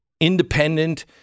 independent